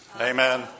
Amen